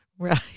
Right